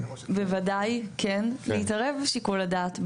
המטרה היא בוודאי כן להתערב בשיקול הדעת.